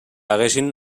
haguessin